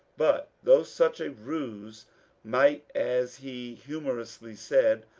but though such a ruse might, as he humorously said,